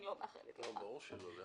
ברור שלא.